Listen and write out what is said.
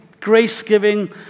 grace-giving